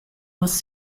was